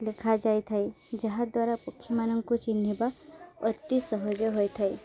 ଲେଖାଯାଇଥାଏ ଯାହାଦ୍ୱାରା ପକ୍ଷୀମାନଙ୍କୁ ଚିହ୍ନିବା ଅତି ସହଜ ହୋଇଥାଏ